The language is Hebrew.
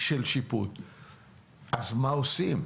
אז מה עושים?